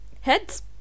Heads